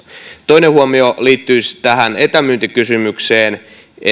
toinen huomio liittyy tähän etämyyntikysymykseen